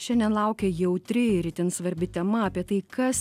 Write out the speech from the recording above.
šiandien laukia jautri ir itin svarbi tema apie tai kas